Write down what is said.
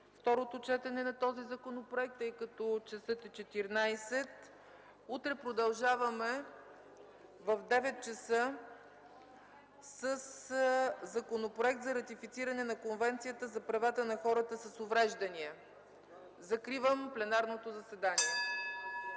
второто четене на този законопроект, тъй като часът е 14.00. Утре продължаваме в 9.00 ч. със Законопроекта за ратифициране на Конвенцията за правата на хората с увреждания. Закривам пленарното заседание.